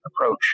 approach